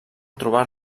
trobar